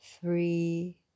three